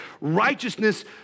Righteousness